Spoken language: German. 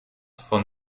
von